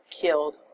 killed